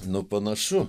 nu panašu